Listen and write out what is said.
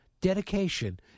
dedication